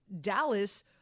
Dallas